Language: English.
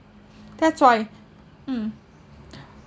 that's why mm